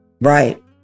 Right